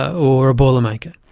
or a boilermaker.